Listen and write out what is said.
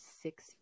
six